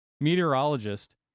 meteorologist